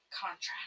contract